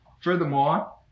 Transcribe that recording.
Furthermore